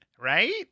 Right